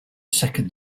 second